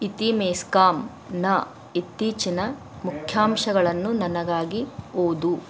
ಇತಿ ಮೆಸ್ಕಾಂ ನ ಇತ್ತೀಚಿನ ಮುಖ್ಯಾಂಶಗಳನ್ನು ನನಗಾಗಿ ಓದು